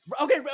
Okay